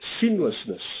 sinlessness